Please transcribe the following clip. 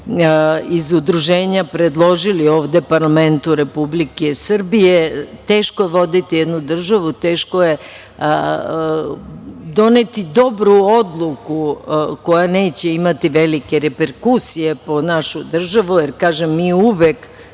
iz udruženja predložili ovde parlamentu Republike Srbije. Teško je voditi jednu državu. Teško je doneti dobru odluku koja neće imati velike reperkusije po našu državu, jer kažem, mi uvek